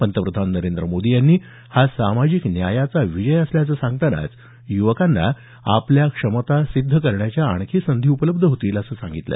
पंतप्रधान नरेंद्र मोदी यांनी हा सामाजिक न्यायाचा विजय असल्याचं सांगतानाच यूवकांना आपल्या क्षमता सिद्ध करण्याच्या आणखी संधी उपलब्ध होतील असं सांगितलं